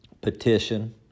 petition